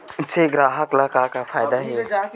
से ग्राहक ला का फ़ायदा हे?